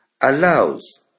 allows